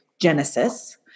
Genesis